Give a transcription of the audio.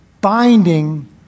binding